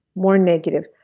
more negative.